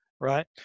right